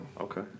Okay